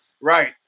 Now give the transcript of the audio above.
right